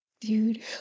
dude